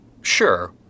Sure